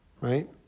right